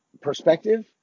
perspective